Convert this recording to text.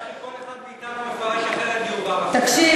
הבעיה היא שכל אחד מאתנו מפרש אחרת דיור בר-השגה.